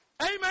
Amen